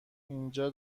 اینجا